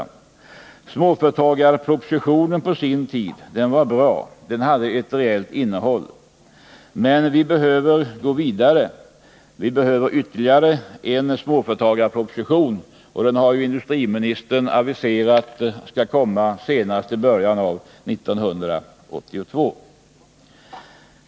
Småföretagarpropositionen var på sin tid bra, för den hade ett reellt innehåll. Men vi behöver gå vidare. Vi behöver ytterligare en småföretagarproposition, och industriministern har aviserat att en sådan skall komma senast i början av 1982.